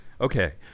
Okay